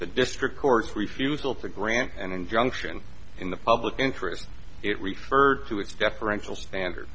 the district courts refusal to grant an injunction in the public interest it referred to a deferential standard